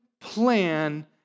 plan